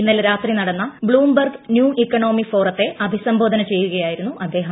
ഇന്നലെ രാത്രി നടന്ന ബ്ലൂംബെർഗ് ന്യൂ ഇക്കണോമി ഫോറത്തെ അഭിസംബോധന ചെയ്യുകയായിരുന്നു അദ്ദേഹം